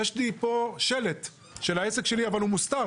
יש לי פה שלט של העסק שלי אבל הוא מוסתר.